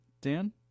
Dan